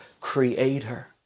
creator